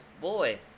boy